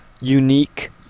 unique